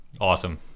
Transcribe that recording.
Awesome